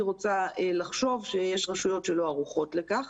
רוצה לחשוב שיש רשויות שלא ערוכות לכך,